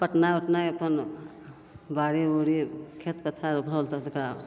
पटेनाइ उटेनाइ अपन बाड़ी उड़ी खेत पथार भेल तऽ जकरा